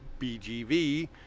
bgv